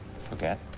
forget.